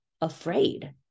afraid